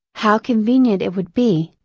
how convenient it would be,